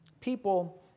people